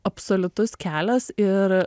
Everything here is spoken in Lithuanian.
absoliutus kelias ir